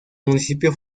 municipio